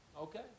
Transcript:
Okay